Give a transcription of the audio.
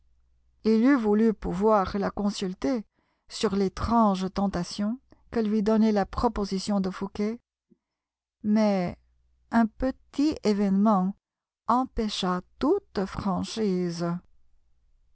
il eût voulu pouvoir la consulter sur l'étrange tentation que lui donnait la proposition de fouqué mais un petit événement empêcha toute franchise